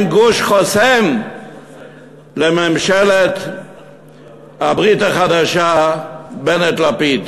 גוש חוסם לממשלת הברית החדשה בנט-לפיד.